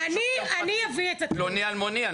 אלמוני.